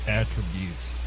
attributes